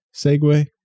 segue